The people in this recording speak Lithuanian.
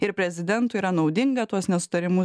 ir prezidentui yra naudinga tuos nesutarimus